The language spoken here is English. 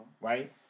right